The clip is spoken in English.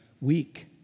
week